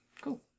Cool